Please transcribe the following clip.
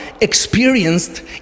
experienced